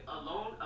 alone